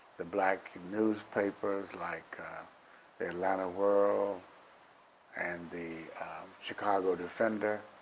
the black newspapers like the atlanta world and the chicago defender,